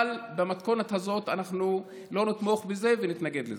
אבל במתכונת הזאת אנחנו לא נתמוך בזה ונתנגד לזה.